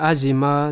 Azima